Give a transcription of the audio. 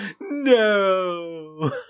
no